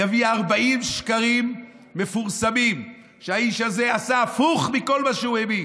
אביא 40 שקרים מפורסמים שבהם האיש הזה עשה הפוך מכל מה שהוא האמין.